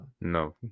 No